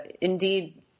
indeed